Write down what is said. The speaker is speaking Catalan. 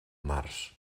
març